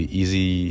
easy